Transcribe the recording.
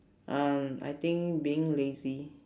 um I think being lazy